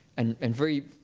and and very.